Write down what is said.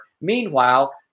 Meanwhile